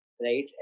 Right